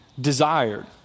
desired